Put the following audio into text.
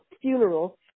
funeral